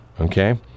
Okay